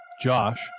Josh